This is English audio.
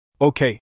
Okay